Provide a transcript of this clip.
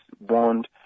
bond